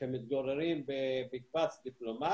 נודיע זאת לעולים.